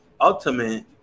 ultimate